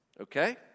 Okay